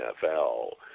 nfl